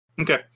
Okay